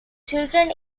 children